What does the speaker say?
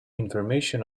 information